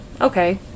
okay